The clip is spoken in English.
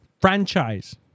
franchise